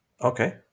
Okay